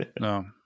no